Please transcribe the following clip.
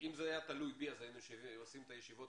אם זה היה תלוי בי היינו עושים את הישיבות